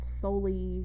solely